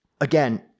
again